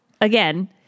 again